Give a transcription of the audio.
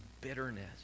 bitterness